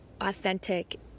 authentic